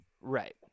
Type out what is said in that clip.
Right